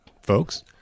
folks